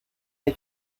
hay